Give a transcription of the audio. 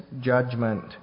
judgment